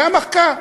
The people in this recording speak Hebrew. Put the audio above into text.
זה המחקר.